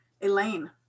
Elaine